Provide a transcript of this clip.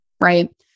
right